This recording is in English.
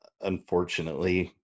unfortunately